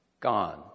Gone